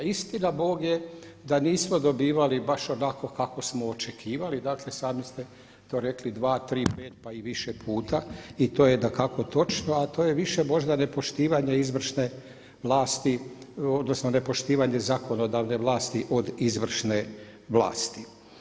Istina bog je da nismo dobivali baš onako kako smo očekivali, dakle sami ste to rekli 2, 3, 5 pa i više puta i to je dakako točno a to je više možda nepoštivanje izvršne vlasti, odnosno nepoštivanje zakonodavne vlasti od izvršne vlasti.